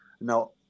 Now